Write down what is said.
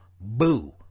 Boo